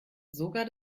sogar